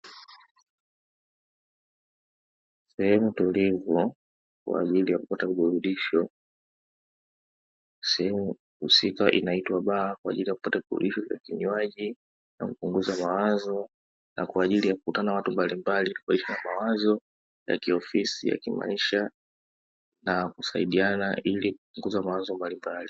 Sehemu tulivu kwa ajili ya kipata virutubisho, sehemu husika inaitwa baa kwa ajili ya kupata viburudisho vya vinywaji na kupunguza mawazo na kwa ajili ya kukutana na watu mbalimbali kubadilishana mawazo mbalimbali ya kiofisi, ya kimaisha na kusaidiana ili kupunguza mawazo mbalimbali.